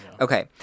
Okay